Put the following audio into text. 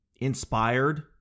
inspired